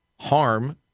harm